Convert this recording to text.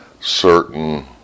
Certain